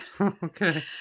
Okay